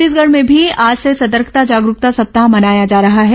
छत्तीसगढ में भी आज से सतर्कता जागरूकता सप्ताह मनाया जा रहा है